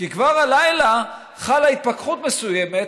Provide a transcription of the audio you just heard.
כי כבר הלילה חלה התפכחות מסוימת.